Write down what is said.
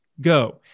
go